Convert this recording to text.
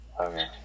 Okay